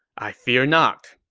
i fear not.